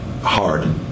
hard